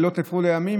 לילות הפכו לימים,